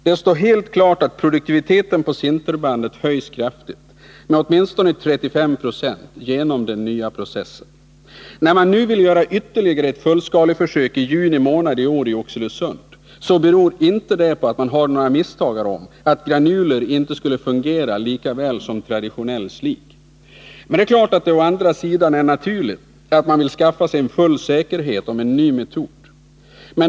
Det står helt klart att produktiviteten på sinterbandet höjs kraftigt, med åtminstone 35 26, genom den nya processen. Att man nu vill göra ytterligare ett fullskaleförsök i juni månad i år i Oxelösund beror inte på att man har några misstankar om att granuler inte skulle fungera lika väl som traditionell slig. Å andra sidan är det naturligt att man vill skaffa sig full säkerhet om en ny metod.